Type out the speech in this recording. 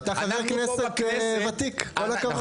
ואתה חבר כנסת ותיק, כל הכבוד.